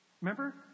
Remember